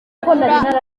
amahwemo